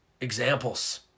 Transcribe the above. examples